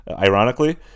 ironically